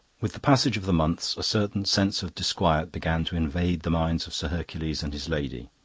with the passage of the months a certain sense of disquiet began to invade the minds of sir hercules and his lady.